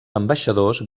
ambaixadors